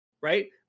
right